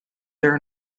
their